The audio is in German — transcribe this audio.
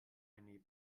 eine